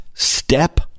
Step